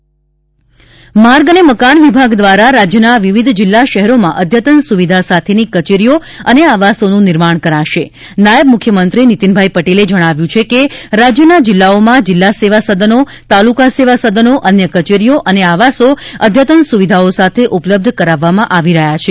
નીતીન પટેલ આવાસ માર્ગ અને મકાન વિભાગ દ્વારા રાજ્યના વિવિધ જિલ્લા શહેરોમાં અઘતન સુવિધા સાથેની કચેરીઓ અને આવાસોનું નિર્માણ કરાશે નાયબ મુખ્યમંત્રીશ્રી નીતિનભાઇ પટેલે જણાવ્યુ છે કે રાજ્યના જિલ્લાઓમાં જિલ્લા સેવા સદનો તાલુકા સેવા સદનો અન્ય કચેરીઓ અને આવાસો અઘતન સુવિધાઓ સાથે ઉપલબ્ધ કરાવવામાં આવી રહ્યા છે